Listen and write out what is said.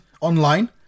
online